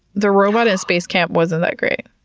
the robot in space camp wasn't that great.